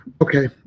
Okay